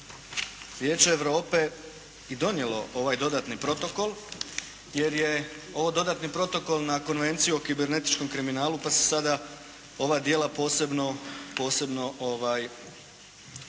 Vijeće Europe i donijelo ovaj dodatni protokol jer je ovo dodatni protokol na Konvenciju o kibernetičkom kriminalu pa se sada ova djela posebno, na njim